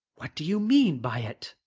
what do you mean by it?